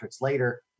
later